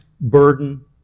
burden